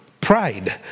Pride